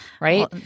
Right